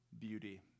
beauty